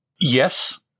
Yes